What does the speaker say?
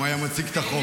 אם הוא היה מציג את החוק.